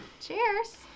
Cheers